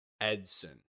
Edson